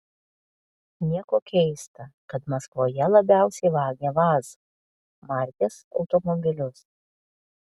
nieko keista kad maskvoje labiausiai vagia vaz markės automobilius